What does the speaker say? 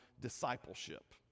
discipleship